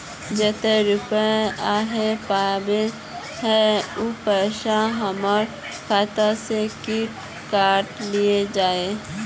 जयते रुपया आहाँ पाबे है उ पैसा हमर खाता से हि काट लिये आहाँ?